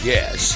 Yes